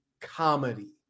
Comedy